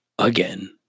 again